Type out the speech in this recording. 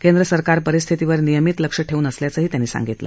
केंद्र सरकार परिस्थितीवर नियमित लक्ष ठेवून असल्याचं त्यांनी सांगितलं